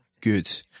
good